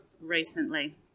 recently